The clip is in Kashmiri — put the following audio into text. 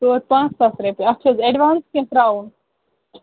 ژور پانٛژھ ساس رۄپیہِ اَتھ چھِ حظ ایڈوانٕس کیٚنٛہہ ترٛاوُن